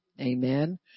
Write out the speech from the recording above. amen